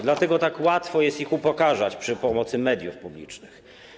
Dlatego tak łatwo jest ich upokarzać przy pomocy mediów publicznych.